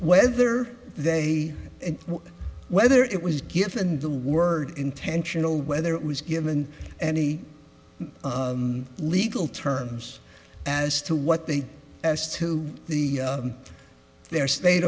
whether they whether it was given the word intentional whether it was given any legal terms as to what they did as to the their state